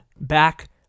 back